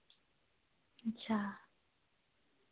अच्छा